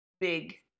big